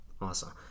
Awesome